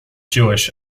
jewish